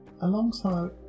alongside